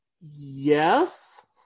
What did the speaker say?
yes